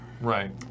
Right